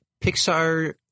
Pixar